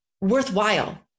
worthwhile